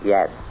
Yes